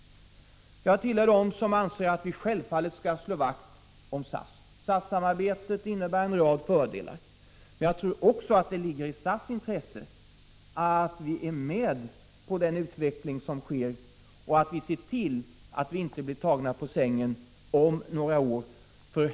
Jag tillhör dem som anser att vi självfallet måste slå vakt om SAS. SAS-samarbetet innebär en rad viktiga fördelar. Men jag tror också att det ligger i SAS intresse att vi är med på den utveckling som sker och att vi ser till att vi inte blir tagna på sängen om några år.